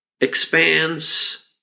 expands